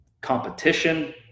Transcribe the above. competition